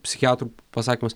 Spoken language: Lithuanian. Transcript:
psichiatrų pasakymas